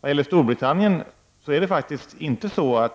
Vad gäller Storbritannien råder det faktiskt inte så